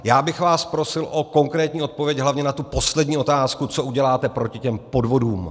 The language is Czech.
Já bych vás prosil o konkrétní odpověď hlavně na tu poslední otázku, co uděláte proti těm podvodům.